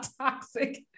toxic